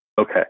Okay